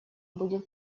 будет